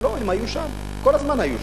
לא, הם היו שם, כל הזמן היו שם.